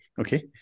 Okay